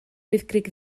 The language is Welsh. wyddgrug